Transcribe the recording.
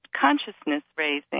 consciousness-raising